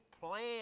plan